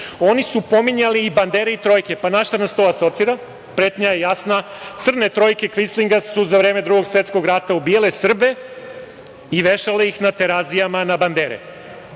oni su pominjali i bandere i trojke. Na šta vas to asocira? Pretnja je jasna, Crne trojke kvislinga su za vreme Drugog svetskog rata ubijale Srbe i vešale ih na Terazijama na bandere. Pre